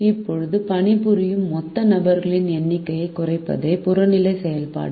இப்போது பணிபுரியும் மொத்த நபர்களின் எண்ணிக்கையைக் குறைப்பதே புறநிலை செயல்பாடு